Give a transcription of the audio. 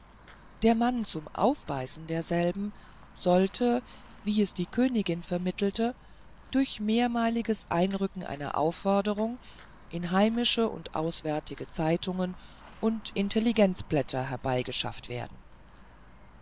der mann zum aufbeißen derselben sollte wie es die königin vermittelte durch mehrmaliges einrücken einer aufforderung in einheimische und auswärtige zeitungen und intelligenzblätter herbeigeschafft werden